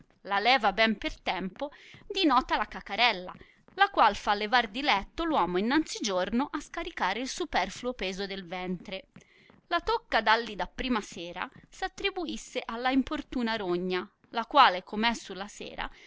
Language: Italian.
la leva ben per tempo dinota la cacarella la qual fa levar di letto l uomo innanzi giorno a scaricare il superfluo peso del ventre la tocca dalli da prima sera s attribuisse alla importuna rogna la quale come è su la sera